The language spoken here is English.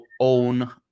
own